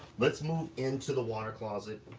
let's move into the water closet.